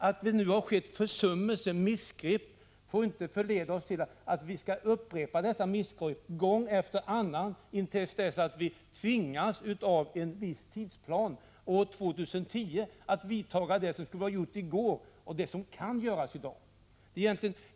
Att det nu har skett försummelser och missgrepp får inte förleda oss till att upprepa dessa misstag gång efter annan till dess vi av en viss tidsplan, år 2010, tvingas att vidta det som vi skulle ha gjort i går och det som kan göras i dag.